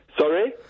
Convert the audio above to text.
Sorry